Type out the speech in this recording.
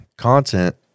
content